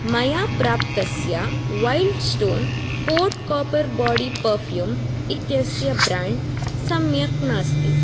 मया प्राप्तस्य wild stone code copper body perfume इत्यस्य ब्राण्ड् सम्यक् नास्ति